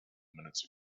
minutes